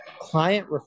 client